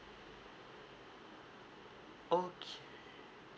ok